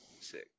Sick